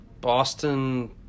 Boston